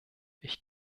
ich